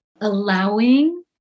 allowing